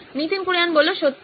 নীতিন কুরিয়ান সত্যি